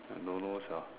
I don't know sia